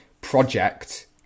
project